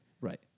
Right